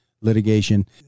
litigation